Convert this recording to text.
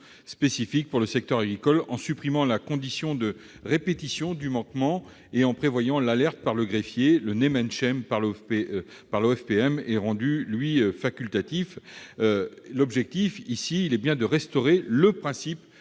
spécifique pour le secteur agricole, en supprimant la condition de répétition du manquement et en prévoyant une alerte par le greffier. Le par l'OFPM est rendu facultatif. L'objectif est bien de restaurer le principe